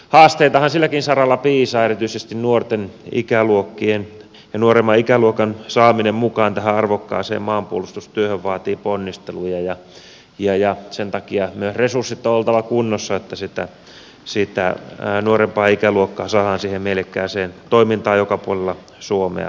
haasteitahan silläkin saralla piisaa erityisesti nuoremman ikäluokan saaminen mukaan tähän arvokkaaseen maanpuolustustyöhön vaatii ponnisteluja ja sen takia niiden resurssien on oltava kunnossa että sitä nuorempaa ikäluokkaa saadaan siihen mielekkääseen toimintaan joka puolella suomea mukaan